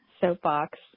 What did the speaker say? soapbox